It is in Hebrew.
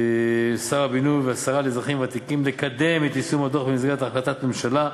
שר הבינוי והשרה לאזרחים ותיקים לקדם את יישום הדוח במסגרת החלטת ממשלה,